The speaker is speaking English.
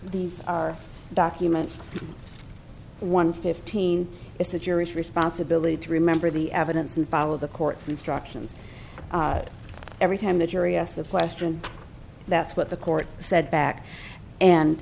these are documents one fifteen is that your responsibility to remember the evidence and follow the court's instructions every time the jury asked the question that's what the court said back and